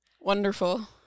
Wonderful